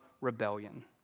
rebellion